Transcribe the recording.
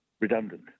redundant